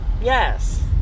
Yes